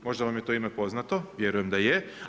Možda vam je to ime poznato, vjerujem da je.